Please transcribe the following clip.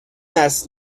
است